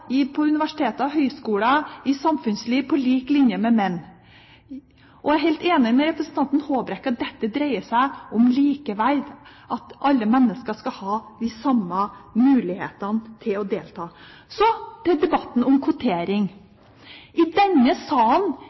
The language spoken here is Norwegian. på universiteter og høyskoler og i samfunnslivet på lik linje med menn. Jeg er helt enig med representanten Håbrekke i at dette dreier seg om likeverd, at alle mennesker skal ha de samme mulighetene til å delta. Så til debatten om kvotering. Denne salen